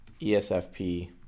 ESFP